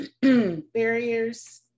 barriers